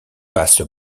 passe